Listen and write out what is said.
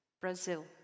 Brazil